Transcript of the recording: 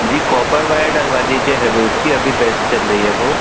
जी copper wire डलवा लीजिए हैवेल्स की अभी बेस्ट चल रही है वह